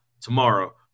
tomorrow